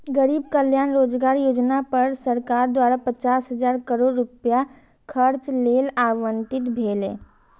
गरीब कल्याण रोजगार योजना पर सरकार द्वारा पचास हजार करोड़ रुपैया खर्च लेल आवंटित भेलै